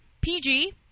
PG